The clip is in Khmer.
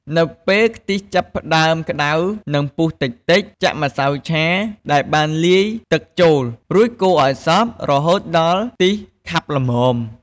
នៅពេលខ្ទិះចាប់ផ្ដើមក្ដៅ និងពុះតិចៗ ចាក់ម្សៅឆាដែលបានលាយទឹកចូល រួចកូរឱ្យសព្វ រហូតដល់ខ្ទិះខាប់ល្មម។